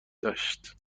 داشت